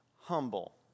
humble